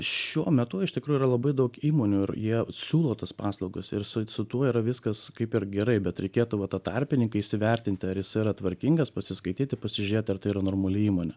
šiuo metu iš tikrųjų yra labai daug įmonių ir jie siūlo tas paslaugas ir su su tuo yra viskas kaip ir gerai bet reikėtų va tą tarpininką įsivertinti ar jis yra tvarkingas pasiskaityti pasižiūrėti ar tai yra normali įmonė